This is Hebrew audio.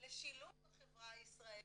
לשילוב בחברה הישראלית.